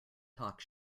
talk